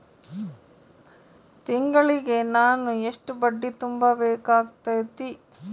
ತಿಂಗಳಿಗೆ ನಾನು ಎಷ್ಟ ಬಡ್ಡಿ ತುಂಬಾ ಬೇಕಾಗತೈತಿ?